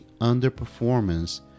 underperformance